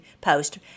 post